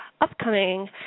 upcoming